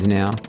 now